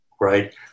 right